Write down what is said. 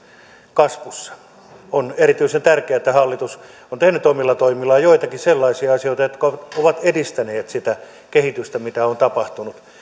kasvussa on erityisen tärkeää että hallitus on tehnyt omilla toimillaan joitakin sellaisia asioita jotka ovat edistäneet sitä kehitystä mitä on tapahtunut